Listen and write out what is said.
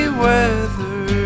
weather